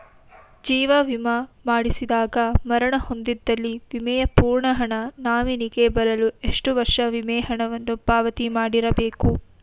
ಜೀವ ವಿಮಾ ಮಾಡಿಸಿದಾಗ ಮರಣ ಹೊಂದಿದ್ದಲ್ಲಿ ವಿಮೆಯ ಪೂರ್ಣ ಹಣ ನಾಮಿನಿಗೆ ಬರಲು ಎಷ್ಟು ವರ್ಷ ವಿಮೆ ಹಣವನ್ನು ಪಾವತಿ ಮಾಡಿರಬೇಕು?